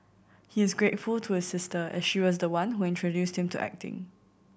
he is grateful to his sister as she was the one who introduced him to acting